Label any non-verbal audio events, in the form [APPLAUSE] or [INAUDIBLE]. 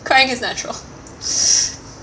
crying is natural [BREATH]